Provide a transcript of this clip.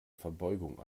verbeugung